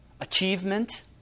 achievement